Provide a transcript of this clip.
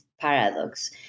paradox